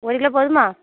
ஒரு கிலோ போதுமா